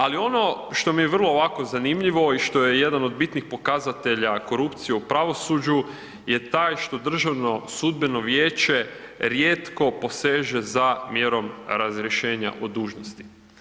Ali ono što mi je vrlo ovako zanimljivo i što je jedan od bitnih pokazatelja korupcije u pravosuđu je taj što Državno sudbeno vijeće rijetko poseže za mjerom razrješenja od dužnosti.